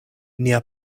nia